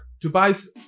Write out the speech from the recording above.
Dubai's